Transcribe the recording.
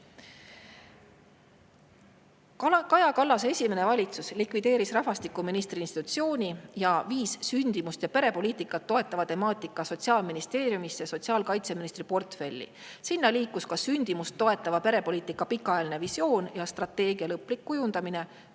Kaja Kallase esimene valitsus likvideeris rahvastikuministri institutsiooni ja viis sündimust ja perepoliitikat toetava temaatika Sotsiaalministeeriumisse sotsiaalkaitseministri portfelli. Sinna liikus ka sündimust toetava perepoliitika pikaajaline visioon ja sündimust suurendava strateegia lõplik kujundamine,